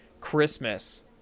Christmas